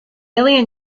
alien